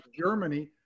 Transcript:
Germany